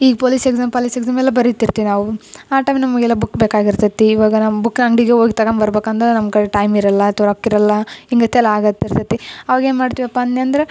ಈಗ police exam police exam ಎಲ್ಲ ಬರಿತಿರ್ತೀವಿ ನಾವು ಆ ಟೈಮಿಗೆ ನಮ್ಗೆ ಎಲ್ಲ ಬುಕ್ ಬೇಕಾಗಿರ್ತೈತೆ ಇವಾಗ ನಮ್ಮ ಬುಕ್ ಅಂಗಡಿಗೆ ಹೋಗ್ ತಗಂಬರ್ಬಕು ಅಂದ್ರೆ ನಮ್ಮ ಕಡೆ ಟೈಮ್ ಇರಲ್ಲ ಅಥವಾ ರೊಕ್ಕ ಇರಲ್ಲ ಹಿಂಗತೆಲ್ಲ ಆಗತಿರ್ತೈತೆ ಆವಾಗ ಏನು ಮಾಡ್ತೀವಪ್ಪ ಅನ್ಯಂದ್ರೆ